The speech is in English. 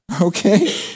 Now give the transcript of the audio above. okay